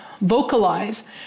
vocalize